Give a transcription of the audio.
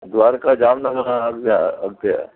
द्वारका जामु हिनखां अॻिते आहे अॻिते आहे